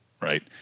right